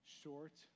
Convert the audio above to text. short